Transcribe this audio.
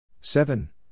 Seven